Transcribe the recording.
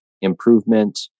improvement